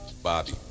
Bobby